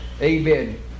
Amen